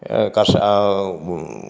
കർഷ